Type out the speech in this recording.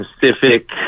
pacific